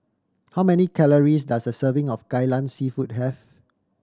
how many calories does a serving of Kai Lan Seafood have